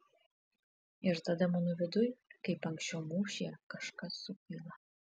ir tada mano viduj kaip anksčiau mūšyje kažkas sukyla